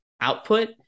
output